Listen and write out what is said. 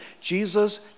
Jesus